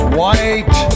white